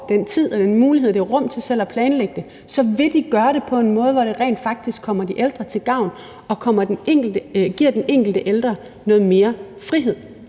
får tid til, mulighed for og rum til selv at planlægge det, vil de gøre det på en måde, hvor det rent faktisk kommer de ældre til gavn og giver den enkelte ældre noget mere frihed.